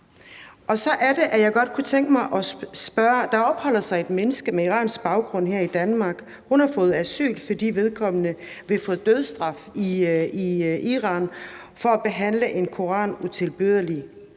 Så kunne jeg godt tænke mig at spørge om noget andet. Der opholder sig et menneske med iransk baggrund her i Danmark, hun har fået asyl, fordi hun ville få dødsstraf i Iran for at behandle en koran utilbørligt.